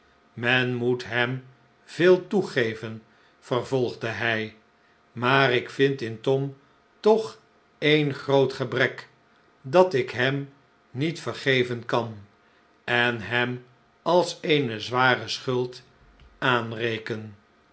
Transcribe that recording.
men moet hem veel toegeven vervolgde hij maar ik vind in tom toch een groot gebrek dat ik hem niet vergeven kan en hem als eene zware schuld aanreken